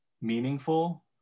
meaningful